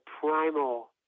primal